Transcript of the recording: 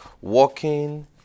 Walking